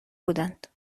بودند